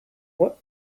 what